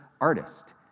artist